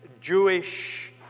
Jewish